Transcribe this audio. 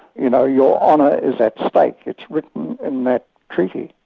you know, your honour is at stake. it's written in that treaty.